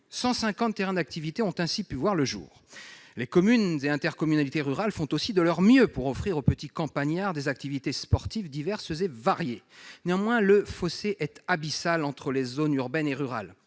150 terrains d'activité ont ainsi pu voir le jour. Les communes et intercommunalités rurales font aussi de leur mieux pour offrir aux petits campagnards des activités sportives diverses et variées. Néanmoins, le fossé reste abyssal entre zones urbaines et zones